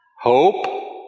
hope